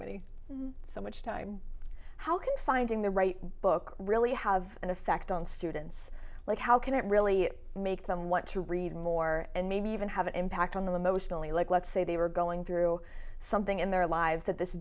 many so much time how can finding the right book really have an effect on students like how can it really make them want to read more and maybe even have an impact on the emotionally like let's say they were going through something in their lives that this